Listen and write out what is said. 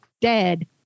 dead